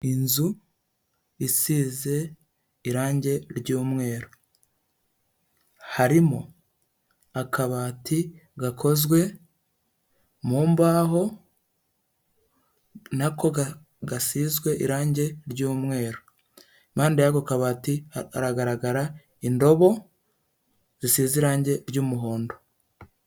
Inzu isize irangi ry'umweru. Harimo akabati gakozwe mu mbaho nako gasizwe irangi ry'umweru. Impande y'ako kabati hagaragara indobo zisize irangi ry'umuhondo.